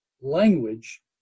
language